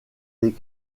des